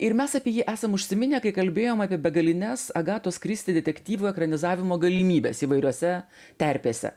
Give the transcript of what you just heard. ir mes apie jį esam užsiminę kai kalbėjom apie begalines agatos kristi detektyvų ekranizavimo galimybes įvairiose terpėse